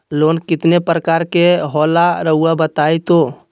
Loan कितने पारकर के होला रऊआ बताई तो?